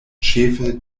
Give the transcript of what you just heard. ĉefe